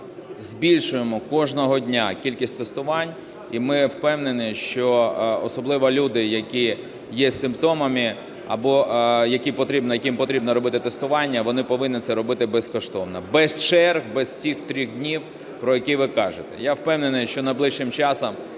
ми збільшуємо кожного дня кількість тестувань. І ми впевнені, що особливо люди, які є з симптомами або яким потрібно робити тестування, вони повинні це робити безкоштовно, без черг, без цих трьох днів, про які ви кажете. Я впевнений, що найближчим часом